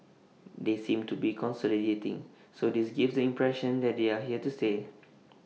they seem to be consolidating so this gives the impression that they are here to stay